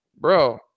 bro